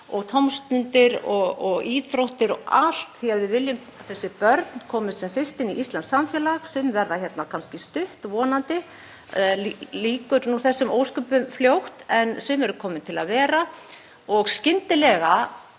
tómstundir og íþróttir og allt, því að við viljum að þessi börn komist sem fyrst inn í íslenskt samfélag. Sum verða kannski stutt hérna, vonandi lýkur þessum ósköpum fljótt, en önnur eru komin til að vera og skyndilega